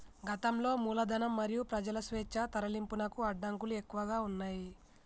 గతంలో మూలధనం మరియు ప్రజల స్వేచ్ఛా తరలింపునకు అడ్డంకులు ఎక్కువగా ఉన్నయ్